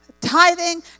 tithing